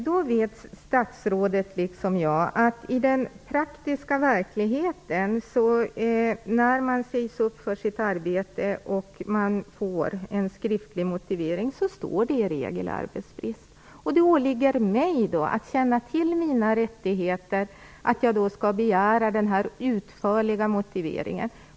Herr talman! Statsrådet vet liksom jag att i den praktiska verkligen är det så att om man sägs upp från sitt arbete och får en skriftlig motivering så anges i regel arbetsbrist. Det åligger arbetstagaren att känna till sina rättigheter och att man skall begära en utförlig motivering.